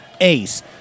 ace